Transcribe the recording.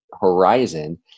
horizon